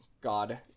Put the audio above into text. God